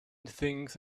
things